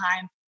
time